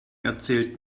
erzählt